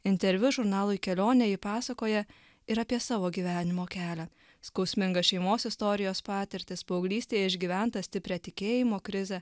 interviu žurnalui kelionė ji pasakoja ir apie savo gyvenimo kelią skausmingas šeimos istorijos patirtis paauglystėje išgyventą stiprią tikėjimo krizę